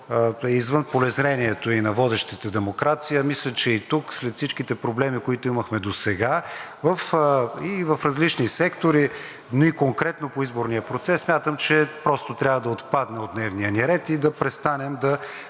извън полезрението и на водещата демокрация, мисля, че и тук след всичките проблеми, които имахме и досега в различни сектори, но и конкретно по изборния процес, смятам, че просто трябва да отпадне от дневния ни ред и да престанем да